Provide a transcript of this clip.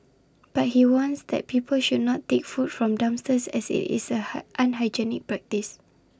but he warns that people should not take food from dumpsters as IT is is an unhygienic practice